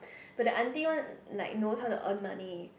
but the auntie one like knows how to earn money